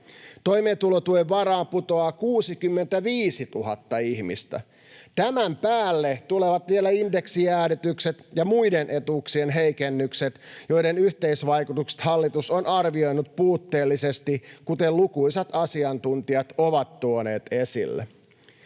Toimeentulotuen varaan putoaa 65 000 ihmistä. Tämän päälle tulevat vielä indeksijäädytykset ja muiden etuuksien heikennykset, joiden yhteisvaikutukset hallitus on arvioinut puutteellisesti, kuten lukuisat asiantuntijat ovat tuoneet esille.